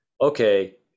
okay